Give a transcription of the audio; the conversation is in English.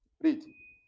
Read